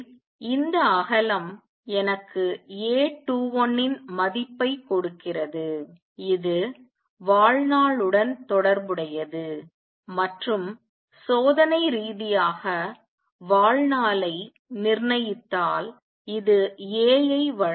எனவே இந்த அகலம் எனக்கு A21 இன் மதிப்பைக் கொடுக்கிறது இது வாழ்நாளுடன் தொடர்புடையது மற்றும் சோதனை ரீதியாக வாழ்நாளை நிர்ணயித்தால் இது A ஐ வழங்கும்